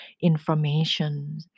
information